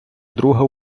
друга